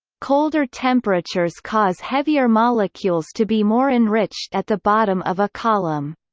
colder temperatures cause heavier molecules to be more enriched at the bottom of a column.